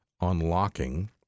unlocking